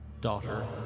daughter